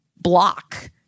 block